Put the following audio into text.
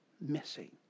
missing